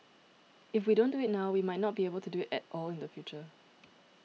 if we don't do it now we might not be able do it at all in the future